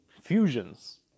fusions